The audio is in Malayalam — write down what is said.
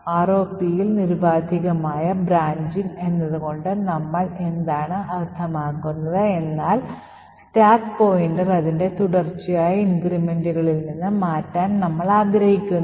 ROP ൽ നിരുപാധികമായ ബ്രാഞ്ചിംഗ് എന്നതു കൊണ്ട് നമ്മൾ എന്താണ് അർത്ഥമാക്കുന്നത് എന്നാൽ സ്റ്റാക്ക് പോയിന്റർ അതിന്റെ തുടർച്ചയായ ഇൻക്രിമെന്റുകളിൽ നിന്ന് മാറ്റാൻ നമ്മൾ ആഗ്രഹിക്കുന്നു